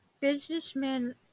Businessman